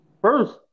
First